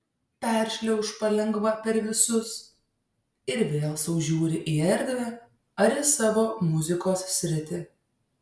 peršliauš palengva per visus ir vėl sau žiūri į erdvę ar į savo muzikos sritį